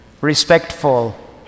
respectful